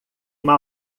uma